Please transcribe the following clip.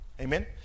Amen